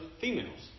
females